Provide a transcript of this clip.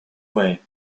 way